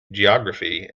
geography